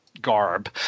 Garb